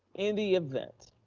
in the event